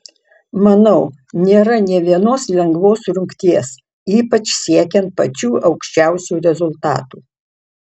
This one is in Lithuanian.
manau nėra nė vienos lengvos rungties ypač siekiant pačių aukščiausių rezultatų